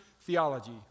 theology